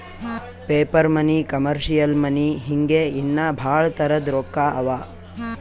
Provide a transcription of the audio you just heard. paper money, commercial money ಹಿಂಗೆ ಇನ್ನಾ ಭಾಳ್ ತರದ್ ರೊಕ್ಕಾ ಅವಾ